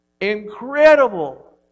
incredible